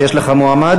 יש לך מועמד?